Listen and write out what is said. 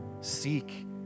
seek